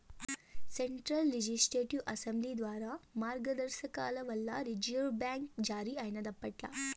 central legislative assembly ద్వారా మార్గదర్శకాల వల్ల రిజర్వు బ్యాంక్ జారీ అయినాదప్పట్ల